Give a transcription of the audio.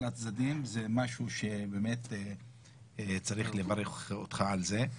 הצדדים זה משהו שצריך לברך אותך על זה.